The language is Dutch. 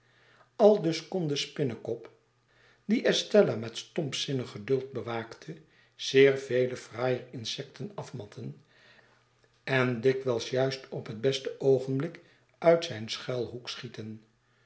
kon de spinnekop die estella met stompzinnig geduld bewaakte zeer vele fraaier insecten afmatten en dikwijls juist op het beste oogenblik uit zijn schuilhoek schieten